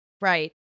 right